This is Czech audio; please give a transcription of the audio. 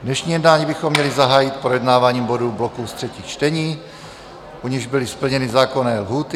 Dnešní jednání bychom měli zahájit projednáváním bodů z bloku třetích čtení, u nichž byly splněny zákonné lhůty.